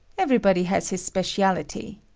everybody has his specialty.